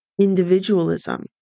individualism